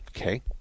Okay